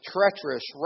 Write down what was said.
Treacherous